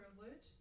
privilege